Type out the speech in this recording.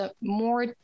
more